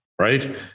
right